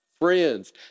friends